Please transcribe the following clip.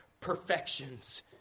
perfections